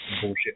bullshit